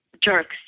jerks